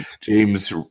James